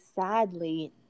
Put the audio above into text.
sadly